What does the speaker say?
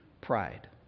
pride